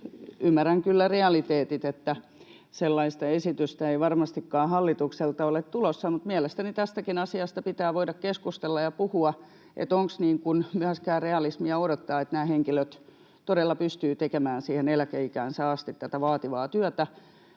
ymmärrän kyllä realiteetit, että sellaista esitystä ei varmastikaan hallitukselta ole tulossa. Mutta mielestäni tästäkin asiasta pitää voida keskustella ja puhua, että onko myöskään realismia odottaa, että nämä henkilöt todella pystyvät tekemään siihen eläkeikäänsä asti tätä vaativaa työtä,